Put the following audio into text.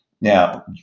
now